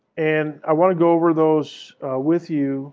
and i want to go over those with you